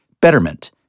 Betterment